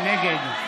נגד.